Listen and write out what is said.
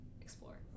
explore